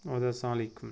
اَدٕ حظ اَسلامُ علیکُم